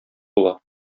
була